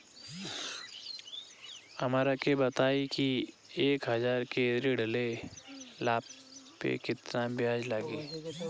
हमरा के बताई कि एक हज़ार के ऋण ले ला पे केतना ब्याज लागी?